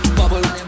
bubble